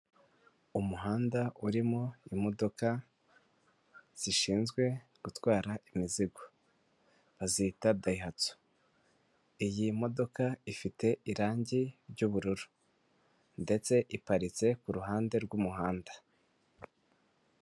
Umuhanda urimo imodoka zishinzwe gutwara imizigo bazita dayihatso. Iyi modoka ifite irangi ry'ubururu ndetse iparitse ku ruhande rw'umuhanda.